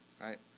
right